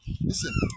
listen